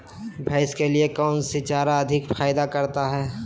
भैंस के लिए कौन सी चारा अधिक फायदा करता है?